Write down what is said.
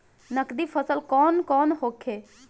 नकदी फसल कौन कौनहोखे?